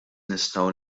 nistgħu